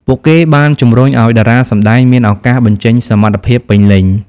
ពួកគេបានជំរុញឱ្យតារាសម្តែងមានឱកាសបញ្ចេញសមត្ថភាពពេញលេញ។